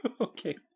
Okay